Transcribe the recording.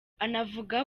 anavuga